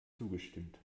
zugestimmt